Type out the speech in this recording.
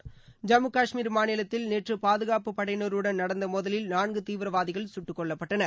ஐம்மு கஷ்மீர் மாநிலத்தில் நேற்று பாதுகாப்பு படையினருடன் நடந்த மோதலில் நான்கு தீவிரவாதிகள் சுட்டுக் கொல்லப்பட்டனர்